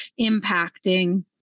impacting